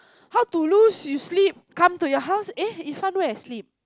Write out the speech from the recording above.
how to lose you sleep come to your house eh Ifan where sleep